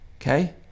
okay